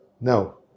No